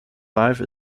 life